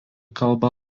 kalba